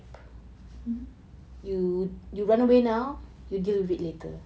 mm